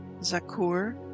Zakur